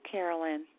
Carolyn